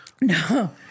No